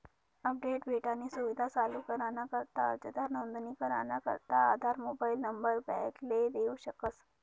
update भेटानी सुविधा चालू कराना करता अर्जदार नोंदणी कराना करता आधार मोबाईल नंबर बॅकले देऊ शकस